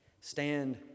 stand